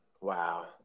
Wow